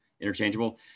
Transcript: interchangeable